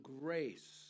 grace